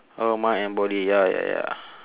orh mind and body ya ya ya